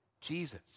Jesus